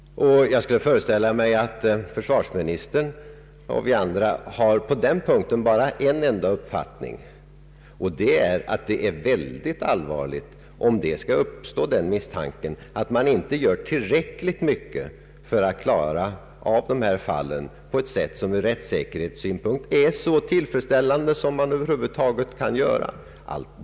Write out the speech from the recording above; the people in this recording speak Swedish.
Jag föreställer mig att försvarsministern och vi andra på den punkten har bara en enda uppfattning, nämligen att det vore mycket allvarligt om den misstanken skulle uppstå att man inte gör tillräckligt mycket för att klara av dessa fall på ett sätt som från rättssäkerhetssynpunkt är så tillfredsställande som över huvud taget är möjligt.